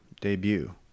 debut